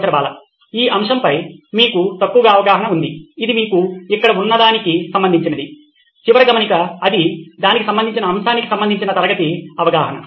professor Bala ఈ అంశంపై మీకు తక్కువ అవగాహన ఉంది ఇది మీకు ఇక్కడ ఉన్నదానికి సంబంధించినది చివరి గమనిక అది దానికి సంబంధించిన అంశానికి సంబంధించిన తరగతి అవగాహన